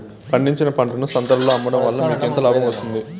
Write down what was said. పండించిన పంటను సంతలలో అమ్మడం వలన మీకు ఎంత లాభం వస్తుంది?